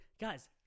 guys